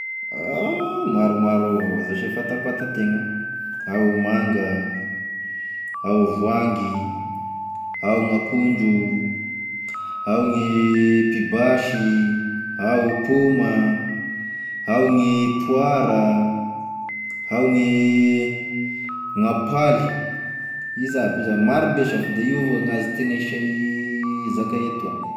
Maromaro avao zash e fatapatategna: ao e manga, ao voangy, ao gn'akondro, ao gny pibasy, ao paoma, ao gny poara, ao gny gn'ampaly, izy aby zao, marobe sha fa da io avao gn'azo tanisai- zakay etoa.